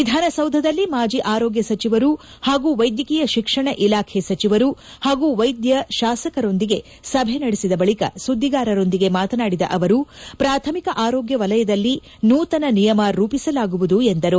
ವಿಧಾನಸೌಧದಲ್ಲಿ ಮಾಜಿ ಆರೋಗ್ಯ ಸಚಿವರು ಹಾಗೂ ವೈದ್ಯಕೀಯ ಶಿಕ್ಷಣ ಇಲಾಖೆ ಸಚಿವರು ಹಾಗೂ ವೈದ್ಯ ಶಾಸಕರೊಂದಿಗೆ ಸಭೆ ನಡೆಸಿದ ಬಳಿಕ ಸುದ್ದಿಗಾರರೊಂದಿಗೆ ಮಾತನಾಡಿದ ಅವರು ಪ್ರಾಥಮಿಕ ಆರೋಗ್ಡ ವಲಯದಲ್ಲಿ ನೂತನ ನಿಯಮ ರೂಪಿಸಲಾಗುವುದು ಎಂದರು